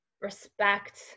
respect